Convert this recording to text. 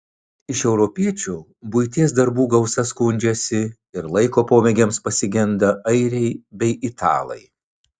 iš europiečių buities darbų gausa skundžiasi ir laiko pomėgiams pasigenda airiai bei italai